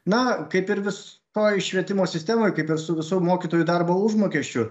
na kaip ir visoj švietimo sistemoj kaip su visu mokytojų darbo užmokesčiu